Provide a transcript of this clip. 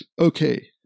okay